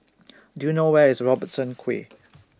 Do YOU know Where IS Robertson Quay